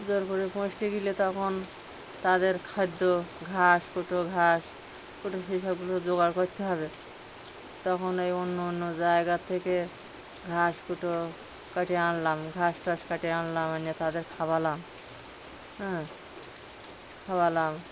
জোর করে পুষতে গেলে তখন তাদের খাদ্য ঘাস কুটো ঘাস সেই সবগুলো জোগাড় করতে হবে তখন এই অন্য অন্য জায়গার থেকে ঘাস কুটো কাটিয়ে আনলাম ঘাস টাস কাটিয়ে আনলাম এনে তাদের খাওয়ালাম হ্যাঁ খাওয়ালাম